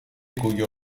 cuyo